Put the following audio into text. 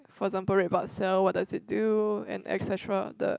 for example red blood cell what does it do and et cetera the